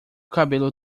cabelo